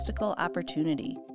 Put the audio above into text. opportunity